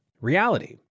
Reality